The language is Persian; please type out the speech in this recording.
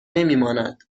نمیماند